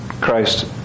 Christ